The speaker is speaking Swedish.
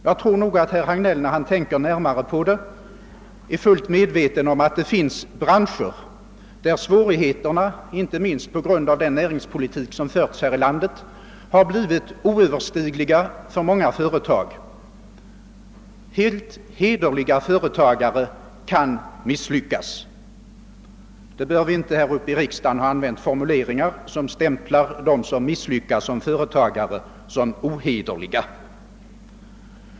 Jag tror nog att herr Hagnell, när han tän.« ker närmare på det, är fullt medveten om att svårigheterna för vissa branscher — inte minst på grund av den näringspolitik som förts här i landet — blivit oöverstigliga för många företag. Fullt hederliga företagare kan misslyckas. Vi bör därför inte här i riksdagen använda formuleringar som stämplar dem som misslyckas som företagare såsom ohederliga.